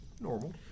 normal